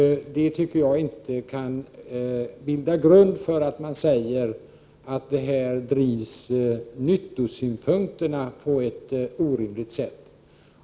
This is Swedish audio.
Det tycker jag inte kan bilda grund för att påstå att nyttosynpunkterna här drivs på ett olyckligt sätt.